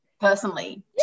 personally